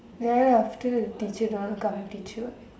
ya ya still your teacher don't want to come teach you what